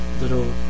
little